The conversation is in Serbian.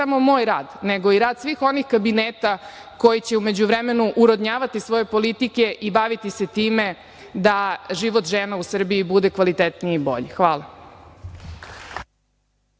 samo moj rad, nego i rad svih onih kabineta koji će u međuvremenu urodnjavati svoje politike i baviti se time da život žena u Srbiji bude kvalitetniji i bolji. Hvala.